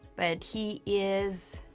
but he is